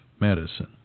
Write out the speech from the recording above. medicine